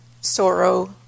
sorrow